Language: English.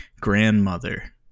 grandmother